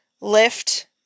lift